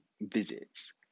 visits